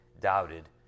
doubted